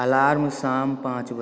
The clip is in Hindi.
अलार्म शाम पाँच बजे